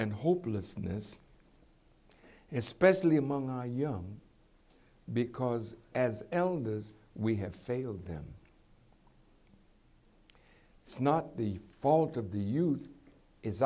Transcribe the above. and hopelessness especially among our young because as elders we have failed them it's not the fault of the youth is